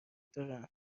دارن